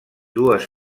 dues